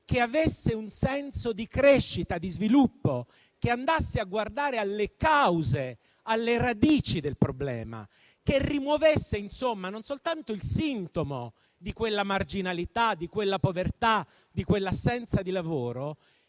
che avesse un senso di crescita e di sviluppo; che andasse a guardare alle cause e alle radici del problema; che rimuovesse insomma non soltanto il sintomo di quella marginalità, di quella povertà, di quell'assenza di lavoro